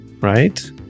right